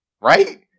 Right